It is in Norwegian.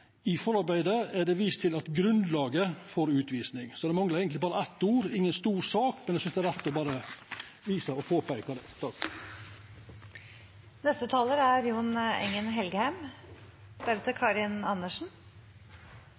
er det vist til at grunnlaget for utvisning…». Det manglar eigentleg berre eit par ord – inga stor sak, men eg synest det er rett berre å påpeika det. Det er viktig at landets lovverk er